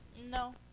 No